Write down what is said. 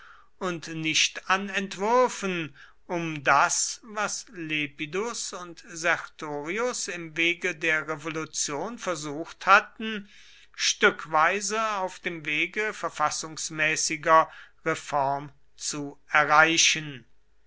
und nicht an entwürfen um das was lepidus und sertorius im wege der revolution versucht hatten stückweise auf dem wege verfassungsmäßiger reform zu erreichen